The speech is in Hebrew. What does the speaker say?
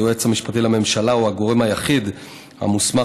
היועץ המשפטי לממשלה הוא הגורם היחיד המוסמך